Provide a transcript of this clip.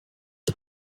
the